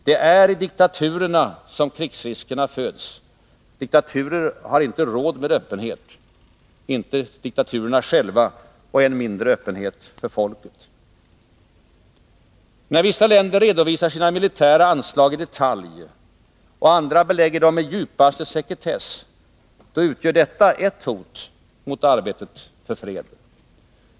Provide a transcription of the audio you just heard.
Det är i diktaturerna som krigsrisker föds. Diktaturer har inte råd med öppenhet — inte själva, och än mindre för folket. När vissa länder redovisar sina militära anslag i detalj och andra belägger dem med djupaste sekretess, då utgör det ett hot mot arbetet för fred.